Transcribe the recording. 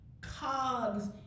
cogs